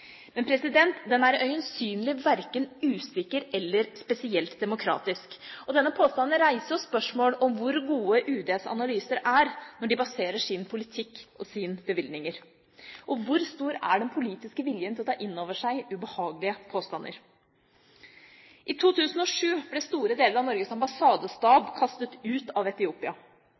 Men den er øyensynlig verken usikker eller spesielt demokratisk. Denne påstanden reiser jo spørsmål om hvor gode analyser UD baserer sin politikk og sine bevilgninger på, og hvor stor den politiske viljen til å ta inn over seg ubehagelige påstander er. I 2007 ble store deler av Norges ambassadestab kastet ut av Etiopia.